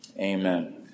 Amen